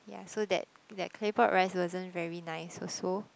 ya so that that clay pot rice wasn't very nice also